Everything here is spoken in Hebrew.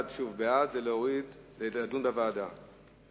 ההצעה להעביר את הנושא לוועדת החוקה,